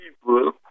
people